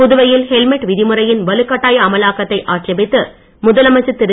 புதுவையில் ஹெல்மெட் விதிமுறையின் வலுக் கட்டாய அமலாக்கத்தை ஆட்சேபித்து முதலமைச்சர் திரு